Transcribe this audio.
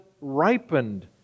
ripened